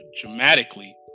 dramatically